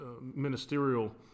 ministerial